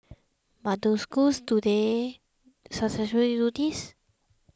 but do schools today successfully do this